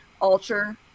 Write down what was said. alter